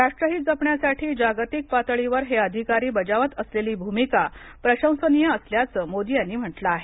राष्ट्रहित जपण्यासाठी जागतिक पातळीवर हे अधिकारी बजावत असलेली भूमिका प्रशंसनीय असल्याचं मोदी यांनी म्हटलं आहे